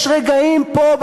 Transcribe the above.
יש רגעים פה,